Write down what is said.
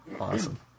Awesome